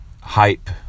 hype